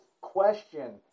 question